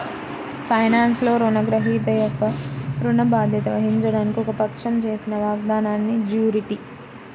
ఫైనాన్స్లో, రుణగ్రహీత యొక్క ఋణ బాధ్యత వహించడానికి ఒక పక్షం చేసిన వాగ్దానాన్నిజ్యూరిటీ